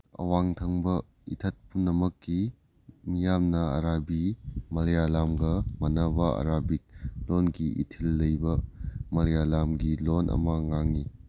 ꯑꯋꯥꯡ ꯊꯪꯕ ꯏꯊꯠ ꯄꯨꯝꯅꯃꯛꯀꯤ ꯃꯤꯌꯥꯝꯅ ꯑꯔꯥꯕꯤ ꯃꯜꯌꯥꯂꯝꯒ ꯃꯥꯅꯕ ꯑꯔꯕꯤꯛ ꯂꯣꯟꯒꯤ ꯏꯊꯤꯜ ꯂꯩꯕ ꯃꯜꯌꯥꯂꯝꯒꯤ ꯂꯣꯟ ꯑꯃ ꯉꯥꯡꯏ